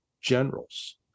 generals